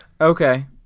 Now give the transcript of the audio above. okay